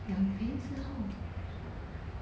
养肥之后